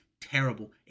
terrible